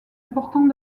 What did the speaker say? importants